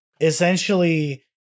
essentially